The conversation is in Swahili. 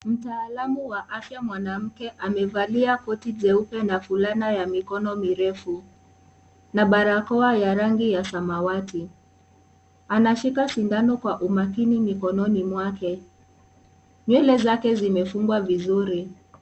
Mtaalamu wa afya mwanamke amevalia koti jeupe na fulana ya mikono mirefu na barakoa ya rangi ya samawati anashika sindano kwa umakini mikononi mwake nywele zake zimefungwa vizuri.